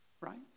Right